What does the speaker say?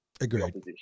Agreed